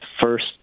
first